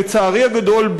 לצערי הגדול,